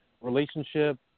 relationship